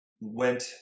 went